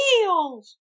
Heels